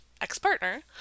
ex-partner